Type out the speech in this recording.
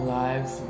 lives